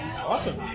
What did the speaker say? awesome